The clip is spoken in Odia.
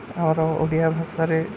ଆମର ଓଡ଼ିଆ ଭାଷାରେ